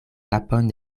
kapon